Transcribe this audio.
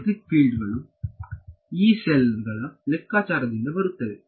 ಎಎಲೆಕ್ಟ್ರಿಕ್ field ಗಳು Yee cell ಗಳ ಲೆಕ್ಕಾಚಾರದಿಂದ ಬರುತ್ತಿವೆ